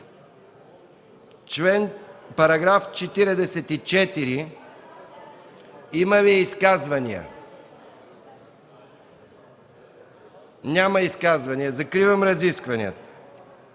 Обсъждаме § 44. Има ли изказвания? Няма изказвания. Закривам разискванията.